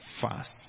fast